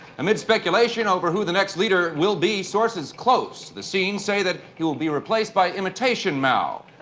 amid speculation over who the next leader will be, sources close to the scene say that he will be replaced by imitation mao.